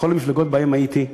בכל המפלגות שבהן הייתי,